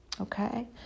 okay